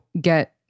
get